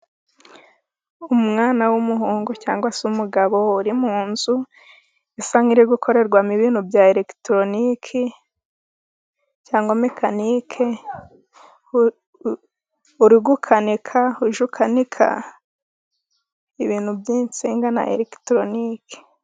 Umwana w'umuhungu cyangwa se umugabo uri mu nzu. Isa nk'iri gukorerwamo ibintu bya elegitoroniki, cyangwa mekanike. Uri gukanika, ujya ukanika ibintu bya eregitoroniki.